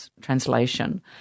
translation